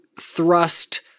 thrust